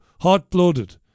hot-blooded